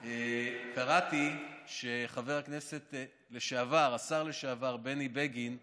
קראתי שחבר הכנסת לשעבר, השר לשעבר בני בגין אמר,